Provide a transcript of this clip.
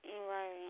Right